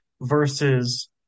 versus